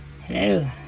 Hello